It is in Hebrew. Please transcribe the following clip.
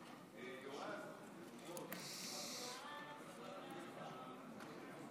אני איעזר בך כדי שתעזרי לי עם שני